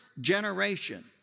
generation